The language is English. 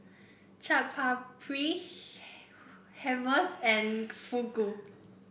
Chaat Papri Hummus and Fugu